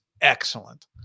excellent